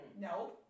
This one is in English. no